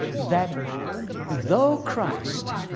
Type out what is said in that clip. that though christ